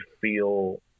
feel